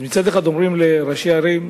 אז מצד אחד אומרים לראשי ערים: